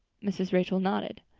mrs. rachel nodded.